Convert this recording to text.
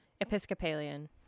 Episcopalian